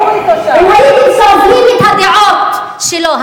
אם הייתם סובלים את הדעות שלו,